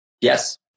yes